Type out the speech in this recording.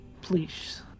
Please